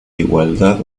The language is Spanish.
igualdad